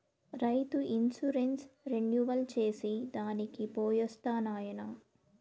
రైతు insurance renewal చేసి దానికి పోయొస్తా నాయనా